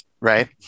right